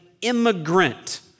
immigrant